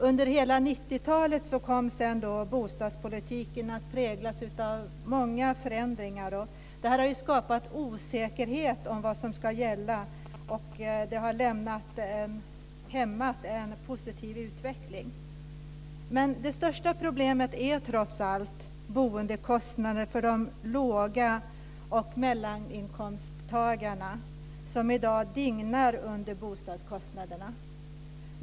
Under hela 90-talet kom bostadspolitiken att präglas av många förändringar, vilket har skapat osäkerhet om vad som ska gälla, och detta har hämmat en positiv utveckling. Men det största problemet är trots allt boendekostnaderna för låg och mellaninkomsttagarna som i dag dignar under sina bostadskostnader.